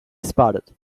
spotted